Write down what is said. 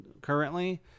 currently